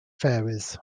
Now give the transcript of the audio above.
fairies